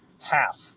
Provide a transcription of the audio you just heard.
half